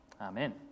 Amen